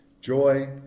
joy